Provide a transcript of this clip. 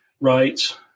rights